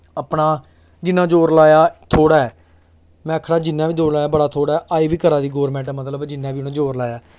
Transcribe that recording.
अपना जिन्ना जोर लाया थोह्ड़ा ऐ में आखना जिन्ना बी जोर लाया थोह्ड़ा ऐ अजें बी करा दी गौरमैंट मतलब जिन्ना बी उ'नें जोर लाया